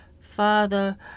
Father